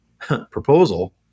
proposal